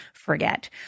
forget